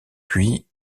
puis